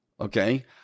okay